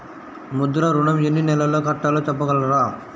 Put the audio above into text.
ముద్ర ఋణం ఎన్ని నెలల్లో కట్టలో చెప్పగలరా?